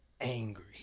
angry